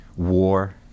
war